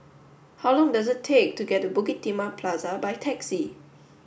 how long does it take to get to Bukit Timah Plaza by taxi